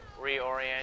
reorient